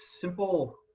simple